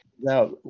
Now